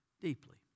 deeply